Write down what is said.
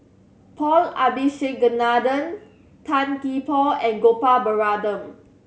Paul Abisheganaden Tan Gee Paw and Gopal Baratham